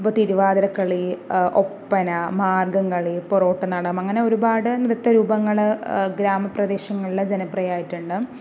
ഇപ്പോൾ തിരുവാതിരക്കളി ഒപ്പന മാർഗംകളി പൊറോട്ട് നാടകം അങ്ങനെ ഒരുപാട് നൃത്തരൂപങ്ങള് ഗ്രാമപ്രദേശങ്ങളില് ജനപ്രിയം ആയിട്ടുണ്ട്